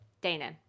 Dana